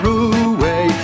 away